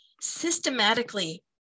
systematically